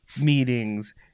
meetings